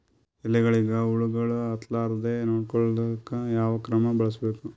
ಎಲೆಗಳಿಗ ಹುಳಾಗಳು ಹತಲಾರದೆ ನೊಡಕೊಳುಕ ಯಾವದ ಕ್ರಮ ಬಳಸಬೇಕು?